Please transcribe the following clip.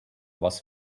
was